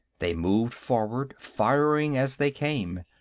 they moved forward, firing as they came.